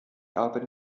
erben